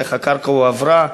איך הקרקע הועברה.